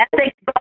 ethics